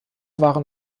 waren